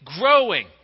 growing